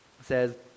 says